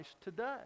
today